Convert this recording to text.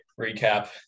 recap